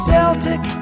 Celtic